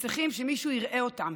שצריכים שמישהו יראה אותם,